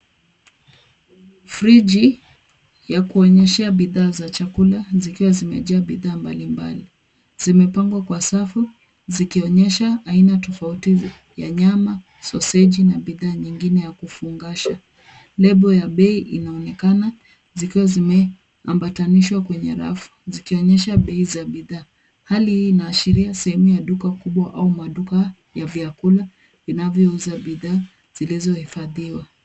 Friji ya kuonyeshea bidhaa za chakula zikiwa zimejaa bidhaa mbalimbali. Zimepangwa kwa safu, zikionyesha aina tofauti ya nyama, soseji na bidhaa nyingine ya kufungasha. Lebo ya bei inaonekana zikiwa zimeambatanishwa kwenye rafu, zikionyesha bei za budhaa. Hali hii inaashiria sehemu ya duka kubwa au maduka ya vyakula vinavyouza bidhaa zilizohifadhiwa.